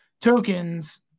tokens